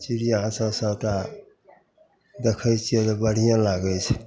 चिड़िआँ सब सबटा देखै छिए तऽ बढ़िएँ लागै छै